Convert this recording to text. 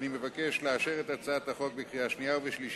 ואני מבקש לאשר אותה בקריאה שנייה ובקריאה